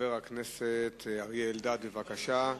חבר הכנסת אריה אלדד, בבקשה.